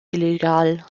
illégales